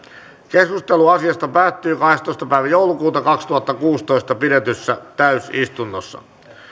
keskustelu asiasta päättyi kahdestoista kahdettatoista kaksituhattakuusitoista pidetyssä ensimmäisessä täysistunnossa